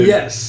Yes